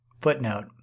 Footnote